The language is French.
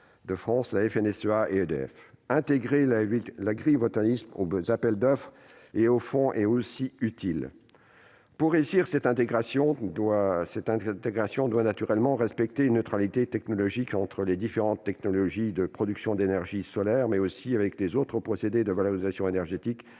agricoles (FNSEA) et EDF. Intégrer l'agrivoltaïsme aux appels d'offres ou aux fonds est aussi utile. Pour réussir, cette intégration doit naturellement respecter une neutralité non seulement entre les différentes technologies de production d'énergie solaire, mais aussi entre les procédés de valorisation énergétique